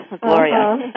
Gloria